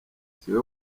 siwe